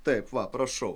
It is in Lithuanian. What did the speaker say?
taip va prašau